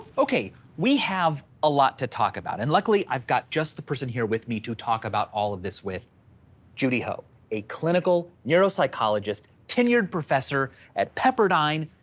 okay, we have a lot to talk about. and luckily, i've got just the person here with me to talk about all of this with judy ho a clinical neuropsychologist, tenured professor at pepperdine,